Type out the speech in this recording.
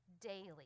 daily